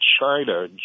China